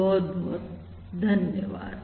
बहुत बहुत धन्यवाद